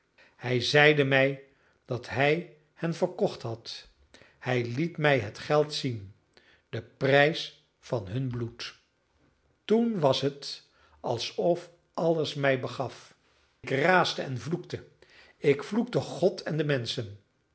hij zeide mij dat hij hen verkocht had hij liet mij het geld zien den prijs van hun bloed toen was het alsof alles mij begaf ik raasde en vloekte ik vloekte god en de menschen